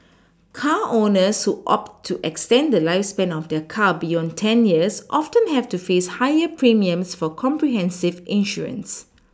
car owners who opt to extend the lifespan of their car beyond ten years often have to face higher premiums for comprehensive insurance